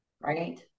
Right